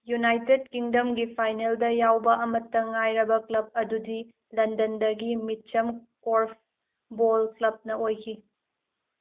united ꯀꯤꯡꯗꯝꯒꯤ ꯐꯥꯏꯅꯦꯜꯗ ꯌꯥꯎꯕ ꯑꯃꯇ ꯉꯥꯏꯔꯕ ꯀ꯭ꯂꯕ ꯑꯗꯨꯗꯤ ꯂꯟꯗꯟꯗꯒꯤ ꯃꯤꯆꯝ ꯀꯣꯔ꯭ꯐꯕꯣꯜ ꯀ꯭ꯂꯕꯅ ꯑꯣꯏꯈꯤ